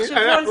תחשבו על זה.